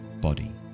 body